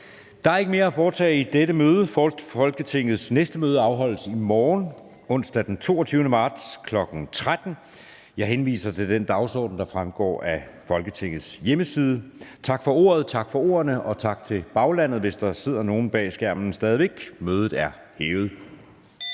Der er ikke mere at foretage i dette møde. Folketingets næste møde afholdes i morgen, onsdag den 22. marts 2023, kl. 13.00. Jeg henviser til den dagsorden, der fremgår af Folketingets hjemmeside. Tak for ordet, tak for ordene, og tak til baglandet, hvis der sidder nogen bag skærmen stadig væk. Mødet er hævet.